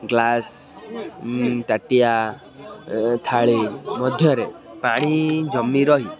glass ତାଟିଆ ଥାଳି ମଧ୍ୟରେ ପାଣି ଜମି ରହି